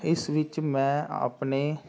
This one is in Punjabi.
ਇਸ ਵਿੱਚ ਮੈਂ ਆਪਣੇ